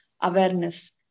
awareness